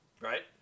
right